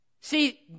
See